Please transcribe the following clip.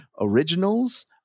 originals